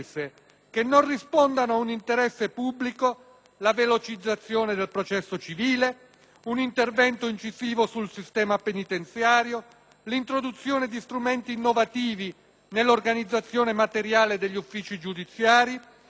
un intervento incisivo sul sistema penitenziario, l'introduzione di strumenti innovativi nell'organizzazione materiale degli uffici giudiziari, il rafforzamento degli strumenti di prevenzione e contrasto alla criminalità organizzata,